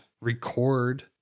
record